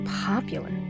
popular